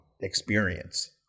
experience